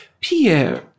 Pierre